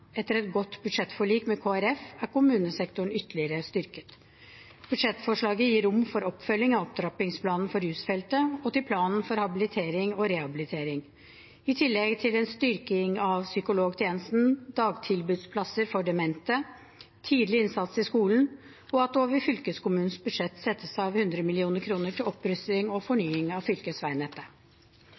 Etter et godt budsjettforlik med Kristelig Folkeparti er kommunesektoren ytterligere styrket. Budsjettforslaget gir rom for oppfølging av opptrappingsplanen for rusfeltet og for planen for habilitering og rehabilitering, i tillegg til en styrking av psykologtjenesten, dagtilbudsplasser for demente, tidlig innsats i skolen og at det over fylkeskommunenes budsjett settes av 100 mill. kr til opprustning og fornying av fylkesveinettet.